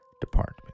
Department